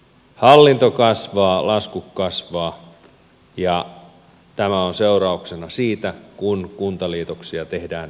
hallinto kasvaa laskut kasvavat ja tämä on seurauksena siitä kun kuntaliitoksia tehdään pakottamalla